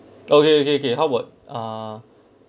okay okay okay how about uh